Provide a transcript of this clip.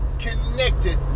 connected